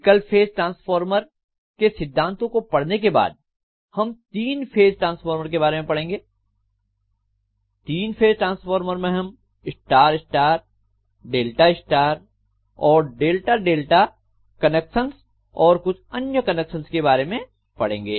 एकल phase transformer के सिद्धांतों को पढ़ने के बाद हम तीन फेज ट्रांसफार्मर के बारे में पढ़ेंगे तीन फेज ट्रांसफार्मर में हम स्टार स्टार डेल्टा स्टार और डेल्टा डेल्टा जोड़ों और कुछ अन्य जोड़ों के बारे में पढ़ेंगे